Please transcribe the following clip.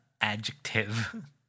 adjective